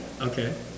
Okay